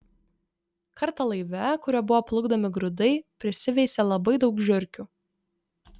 kartą laive kuriuo buvo plukdomi grūdai prisiveisė labai daug žiurkių